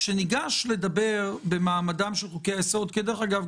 כשניגש לדבר במעמדם של חוקי-היסוד דרך אגב,